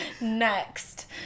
next